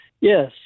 yes